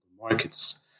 markets